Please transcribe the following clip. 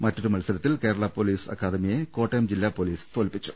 മറ്റൊരു മത്സരത്തിൽ കേരള പൊലീസ് അക്കാദമിയെ കോട്ടയം ജില്ലാ പൊലീസ് തോൽപിച്ചു